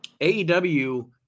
AEW